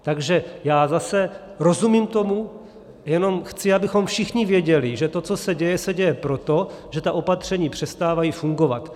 Takže já zase rozumím tomu, jenom chci, abychom všichni věděli, že to, co se děje, se děje proto, že ta opatření přestávají fungovat.